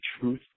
Truth